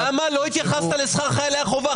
ולמה לא התייחסת לשכר חיילי החובה?